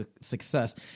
success